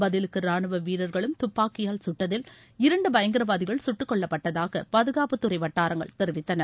பதிலுக்கு ரானுவ வீரர்களும் துப்பாக்கியால் கட்டதில் இரண்டு பயங்கரவாதிகள் கட்டுக் கொல்லப்பட்டதாக பாதுகாப்புத்துறை வட்டாரங்கள் தெரிவித்தன